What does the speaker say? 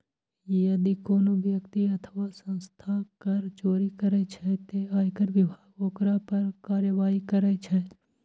यदि कोनो व्यक्ति अथवा संस्था कर चोरी करै छै, ते आयकर विभाग ओकरा पर कार्रवाई करै छै